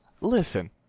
Listen